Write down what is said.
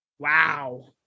Wow